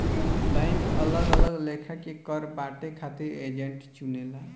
bank अलग अलग लेखा के कर बांटे खातिर एजेंट चुनेला